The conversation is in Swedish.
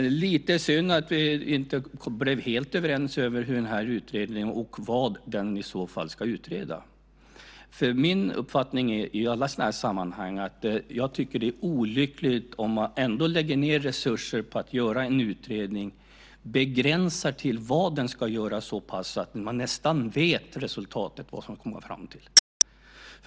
Det är lite synd att vi inte blev helt överens om den här utredningen och vad den i så fall ska utreda. Min uppfattning i alla sådana här sammanhang är att det är olyckligt att man, om man ändå lägger ned resurser på att göra en utredning, begränsar vad den ska göra så pass att man nästan vet vilket resultat den ska komma fram till.